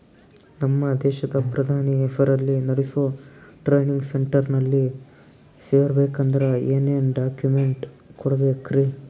ನಮ್ಮ ದೇಶದ ಪ್ರಧಾನಿ ಹೆಸರಲ್ಲಿ ನೆಡಸೋ ಟ್ರೈನಿಂಗ್ ಸೆಂಟರ್ನಲ್ಲಿ ಸೇರ್ಬೇಕಂದ್ರ ಏನೇನ್ ಡಾಕ್ಯುಮೆಂಟ್ ಕೊಡಬೇಕ್ರಿ?